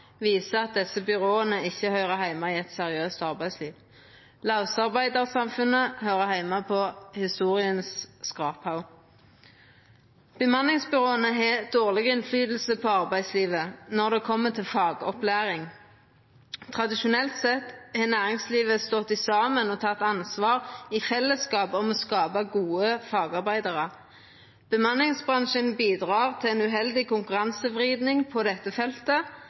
viser at desse byråa ikkje høyrer heime i eit seriøst arbeidsliv. Lausarbeidarsamfunnet høyrer heime på historias skraphaug. Bemanningsbyråa har dårleg innverknad på arbeidslivet når det kjem til fagopplæring. Tradisjonelt sett har næringslivet stått saman og teke ansvar i fellesskap for å skapa gode fagarbeidarar. Bemanningsbransjen bidreg til ei uheldig konkurransevriding på dette feltet,